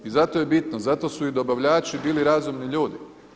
I zato je bitno, zato su i dobavljači bili razumni ljudi.